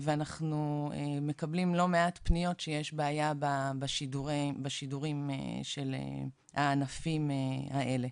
אנחנו מקבלים לא מעט פניות שישנה בעיה בשידורים של הענפים האלה,